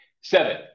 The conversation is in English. Seven